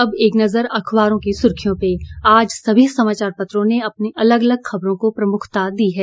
अब एक नजर अखबारों की सुर्खियों पर आज सभी समाचापत्रों ने अलग अलग खबरों को प्रमुखता दी है